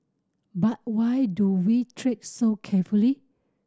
but why do we tread so carefully